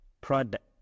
product